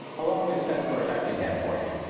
allow me to send for a taxicab for you.